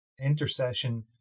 intercession